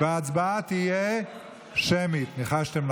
להביע אי-אמון.